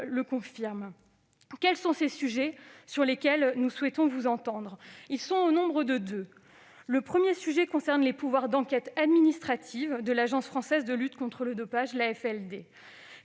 de tenir. Quels sont les sujets sur lesquels nous souhaitons vous entendre ? Ils sont au nombre de deux. Le premier sujet concerne les pouvoirs d'enquête administrative de l'Agence française de lutte contre le dopage, l'AFLD.